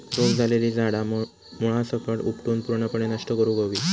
रोग झालेली झाडा मुळासकट उपटून पूर्णपणे नष्ट करुक हवी